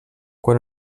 quan